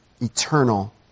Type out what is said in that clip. Eternal